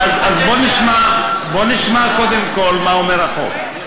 אז בוא נשמע קודם כול מה אומר החוק.